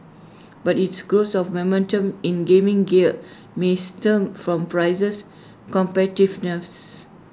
but its grows of momentum in gaming gear may stem from prices competitiveness